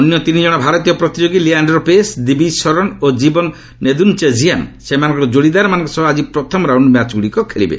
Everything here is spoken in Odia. ଅନ୍ୟ ତିନି କଣ ଭାରତୀୟ ପ୍ରତିଯୋଗୀ ଲିଆଣ୍ଡର୍ ପେସ୍ ଦିବିଜ୍ ଶରନ୍ ଓ ଜୀବନ୍ ନେଦୁନ୍ଚେଝିଆନ୍ ସେମାନଙ୍କର ଯୋଡ଼ିଦାରମାନଙ୍କ ସହ ଆଜି ପ୍ରଥମ ରାଉଣ୍ଡ ମ୍ୟାଚ୍ଗୁଡ଼ିକ ଖେଳିବେ